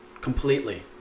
completely